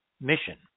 mission